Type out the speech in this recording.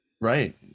Right